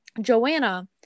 joanna